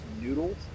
noodles